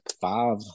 five